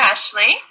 Ashley